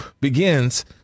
begins